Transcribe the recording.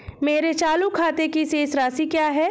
मेरे चालू खाते की शेष राशि क्या है?